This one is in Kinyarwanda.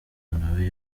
nawe